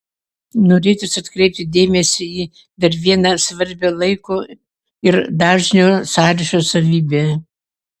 norėtųsi atkreipti dėmesį į dar vieną svarbią laiko ir dažnio sąryšio savybę